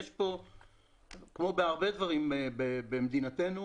כמו בהרבה דברים במדינתנו,